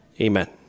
Amen